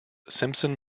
simpson